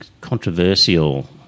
controversial